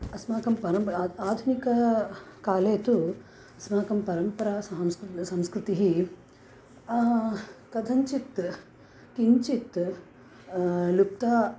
अस्माकं परम्परा आ आधुनिक कले तु अस्माकं परम्परा सांस्कृतिक संस्कृतिः कथञ्चित् किञ्चित् लुप्ता